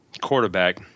quarterback